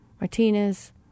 Martinez